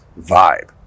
vibe